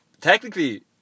technically